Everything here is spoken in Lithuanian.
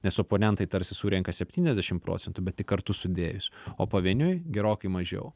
nes oponentai tarsi surenka septyniasdešimt procentų bet tik kartu sudėjus o pavieniui gerokai mažiau